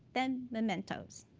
then mementos.